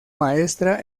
maestra